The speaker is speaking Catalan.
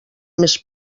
més